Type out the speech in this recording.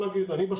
אתה עושה, עמית?